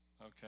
okay